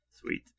sweet